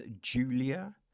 Julia